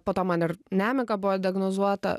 po to man ir nemiga buvo diagnozuota